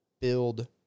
build